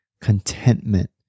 contentment